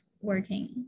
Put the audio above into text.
working